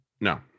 no